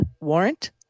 warrant